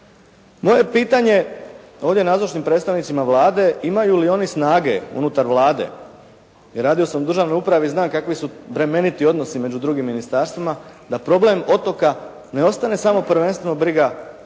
Moje pitanje ovdje nazočnim predstavnicima Vlade imaju li oni snage unutar Vlade, je radio sam u državnoj upravi i znam kakvi su bremeniti odnosi među drugim ministarstvima da problem otoka ne ostane samo prvenstveno briga ove